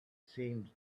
seemed